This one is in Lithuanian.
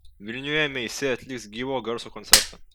vilniuje meisi atliks gyvo garso koncertą